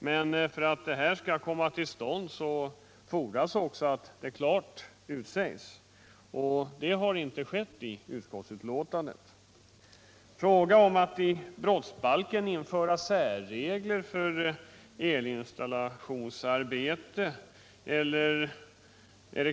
Men för det fordras att detta klart utsägs, och det har inte skett i utskottsbetänkandet. Det är inte fråga om att i brottsbalken införa särregler för elinstallationsarbeten.